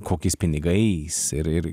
kokiais pinigais ir ir